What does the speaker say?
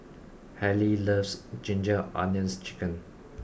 Hailey loves Ginger Onions Chicken